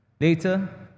later